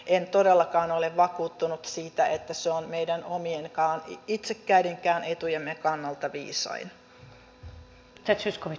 en todellakaan ole vakuuttunut siitä että pyrkisi on meidän omien itsekkäidenkään etujemme kannalta viisain